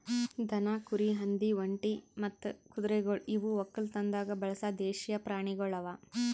ದನ, ಕುರಿ, ಹಂದಿ, ಒಂಟಿ ಮತ್ತ ಕುದುರೆಗೊಳ್ ಇವು ಒಕ್ಕಲತನದಾಗ್ ಬಳಸ ದೇಶೀಯ ಪ್ರಾಣಿಗೊಳ್ ಅವಾ